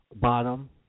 bottom